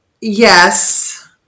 yes